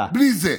בלי זה.